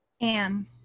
Anne